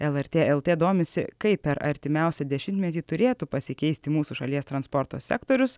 lrt lt domisi kaip per artimiausią dešimtmetį turėtų pasikeisti mūsų šalies transporto sektorius